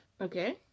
okay